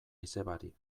izebari